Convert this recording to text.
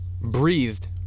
breathed